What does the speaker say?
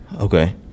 Okay